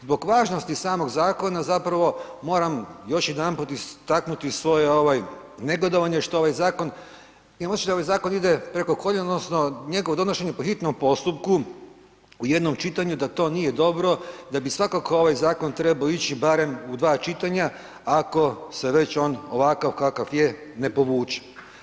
Zbog važnosti samog zakona zapravo moram još jedanput istaknuti svoje negodovanje što ovaj zakon, imam osjećaj da ovaj zakon ide preko koljena, odnosno njegovo donošenje po hitnom postupku, u jednom čitanju, da to nije dobro, da bi svakako ovaj zakon trebao ići barem u dva čitanja ako se već on ovakav kakav je ne povuče.